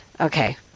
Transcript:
okay